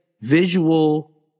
visual